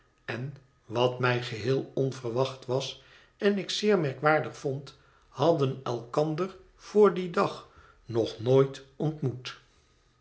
en wat mij geheel onverwacht was en ik zeer merkwaardig vond hadden elkander voor dien dag nog nooit ontmoet